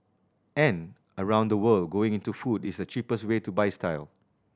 and around the world going into food is the cheapest way to buy style